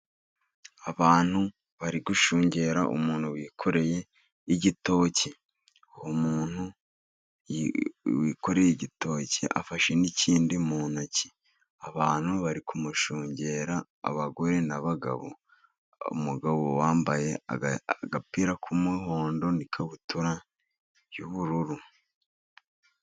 Abantu bari gushungera umuntu wikoreye igitoki. Uwo muntu wikoreye igitoki afashe n'ikindi mu ntoki. Abantu bari kumushungera, abagore n'abagabo. Umugabo wambaye agapira k'umuhondo, n'ikabutura y'ubururu.